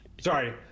sorry